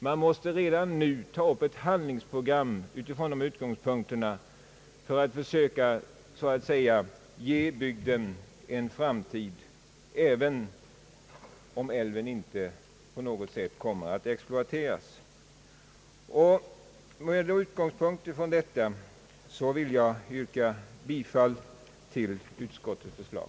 Man måste redan nu göra upp ett handlingsprogram från dessa utgångspunkter för att försöka ge bygden en framtid, även om älven inte på något sätt kommer att exploateras. Med detta vill jag yrka bifall till utskottets förslag.